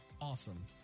awesome